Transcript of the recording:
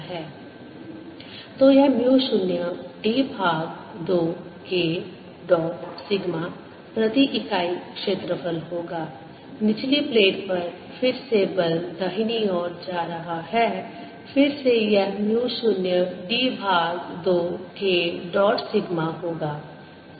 Edl B∂tda2El0dKdtldE0d2dKdt तो यह mu 0 d भाग 2 K डॉट सिग्मा प्रति इकाई क्षेत्रफल होगा निचली प्लेट पर फिर से बल दाहिनी ओर जा रहा है फिर से यह म्यू 0 d भाग 2 K डॉट सिग्मा होगा